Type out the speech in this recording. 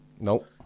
Nope